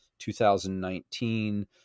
2019